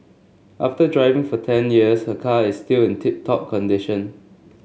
after driving for ten years her car is still in tip top condition